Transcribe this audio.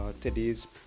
today's